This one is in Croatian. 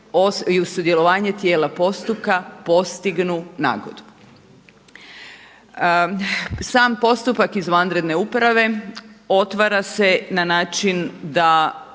i uz sudjelovanje tijela postupka postignu nagodbu. Sam postupak izvanredne uprave otvara se na način da